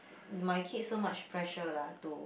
my kids so much pressure lah to